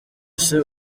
ese